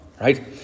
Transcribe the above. right